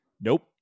Nope